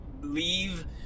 leave